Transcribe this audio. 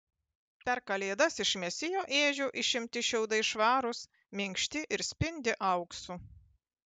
per kalėdas iš mesijo ėdžių išimti šiaudai švarūs minkšti ir spindi auksu